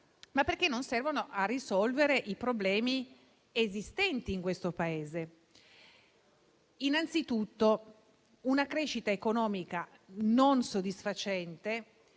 ma perché non servono a risolvere i problemi esistenti in questo Paese. Anzitutto, una crescita economica non soddisfacente